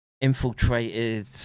infiltrated